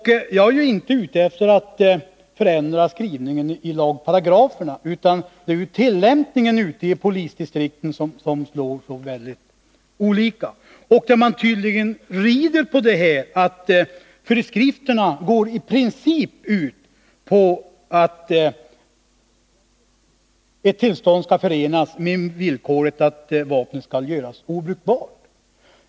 Jag är inte ute efter att förändra skrivningen av de berörda paragraferna. Det är tillämpningen i de olika polisdistrikten som slår så väldigt olika. Man rider tydligen på att föreskrifterna i princip går ut på att ett tillstånd skall förenas med villkoret att vapnet skall göras obrukbart.